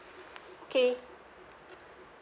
okay